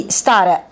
stare